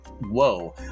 Whoa